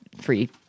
free